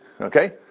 Okay